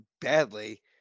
badly